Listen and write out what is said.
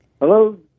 Hello